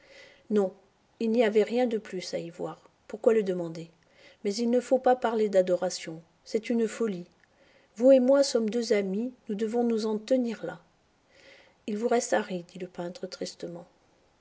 non il n'y avait rien de plus à y voir pourquoi le demander mais il ne faut pas parler d'adoration c'est une folie vous et moi sommes deux amis nous devons nous en tenir là il vous reste harry dit le peintre tristement